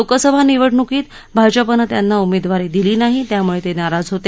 लोकसभा निवडणुकीत भाजपानं त्यांना उमेदवारी दिली नाही त्यामुळे ते नाराज होते